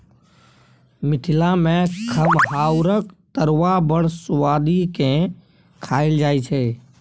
मिथिला मे खमहाउरक तरुआ बड़ सुआदि केँ खाएल जाइ छै